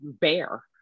bear